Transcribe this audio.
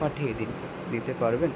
পাঠিয়ে দিন দিতে পারবেন